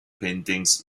paintings